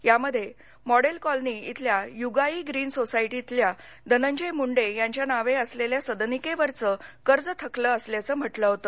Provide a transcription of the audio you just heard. यामध्ये model colony इथल्या यूगाई ग्रीन सोसायटीतल्या धनंजय मुंडे यांच्या नावे असलेल्या सदनिकेवरचं कर्ज थकल असल्याचं म्हटलं होत